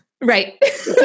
Right